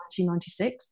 1996